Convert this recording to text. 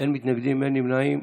אין מתנגדים, אין נמנעים.